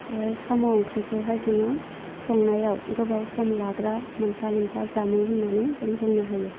साम' ओंख्रिखौहाय जोङो संनायाव गोबाव सम लाग्रा मोनफा मोनफा जामुं होन्नानै जों बुंनो हायो